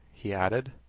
he added.